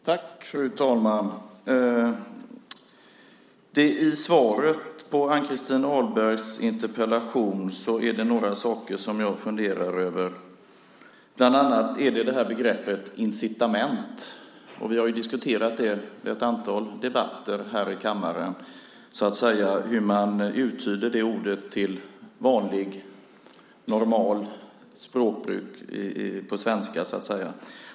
Fru talman! I svaret på Ann-Christin Ahlbergs interpellation finns det några saker som jag funderar över, bland annat begreppet "incitament". I ett antal debatter här i kammaren har vi diskuterat hur det ordet ska uttydas enligt vanligt normalt språkbruk, alltså på svenska.